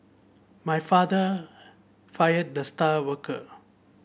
my father fired the star worker